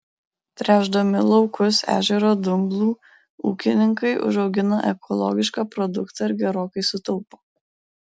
tręšdami laukus ežero dumblu ūkininkai užaugina ekologišką produktą ir gerokai sutaupo